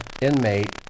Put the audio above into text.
inmate